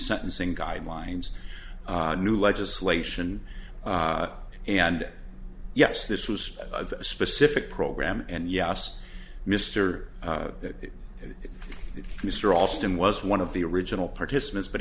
sentencing guidelines new legislation and yes this was a specific program and yes mr that mr alston was one of the original participants but